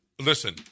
Listen